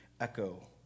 echo